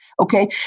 Okay